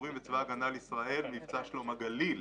העיטורים בצבא הגנה לישראל לגבי מבצע שלום הגליל.